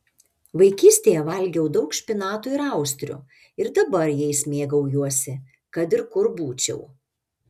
vaikystėje valgiau daug špinatų ir austrių ir dabar jais mėgaujuosi kad ir kur būčiau